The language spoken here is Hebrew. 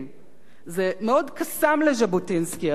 זה מאוד קסם לז'בוטינסקי, הרעיון הזה,